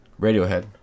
radiohead